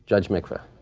judge mikva